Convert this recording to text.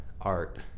art